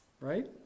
Right